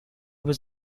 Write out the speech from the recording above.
was